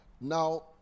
now